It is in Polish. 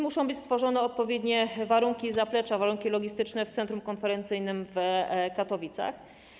Muszą być stworzone odpowiednie warunki i zaplecze, warunki logistyczne w centrum konferencyjnym w Katowicach.